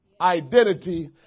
identity